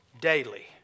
daily